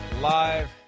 Live